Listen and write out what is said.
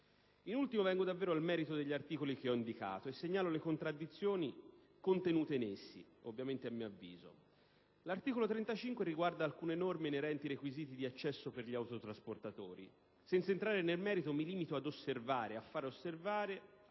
In ultimo, vengo davvero al merito degli articoli che ho indicato e segnalo le contraddizioni in essi contenute, ovviamente a mio avviso. L'articolo 35 riguarda alcune norme inerenti ai requisiti di accesso per gli autotrasportatori. Senza entrare nel merito, mi limito ad osservare e a constatare